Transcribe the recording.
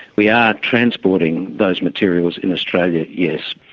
we are transporting those materials in australia, yes.